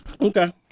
Okay